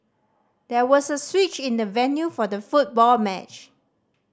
there was a switch in the venue for the football match